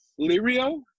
Lirio